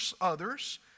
others